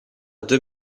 deux